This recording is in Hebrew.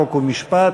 חוק ומשפט.